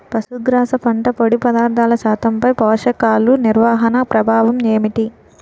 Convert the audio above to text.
పశుగ్రాస పంట పొడి పదార్థాల శాతంపై పోషకాలు నిర్వహణ ప్రభావం ఏమిటి?